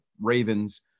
Ravens